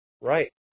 Right